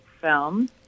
film